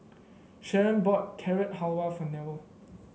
Sheron bought Carrot Halwa for Newell